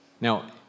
Now